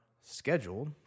scheduled